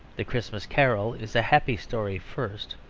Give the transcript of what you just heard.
the christmas carol is a happy story first,